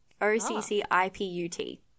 O-C-C-I-P-U-T